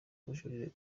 ubujurire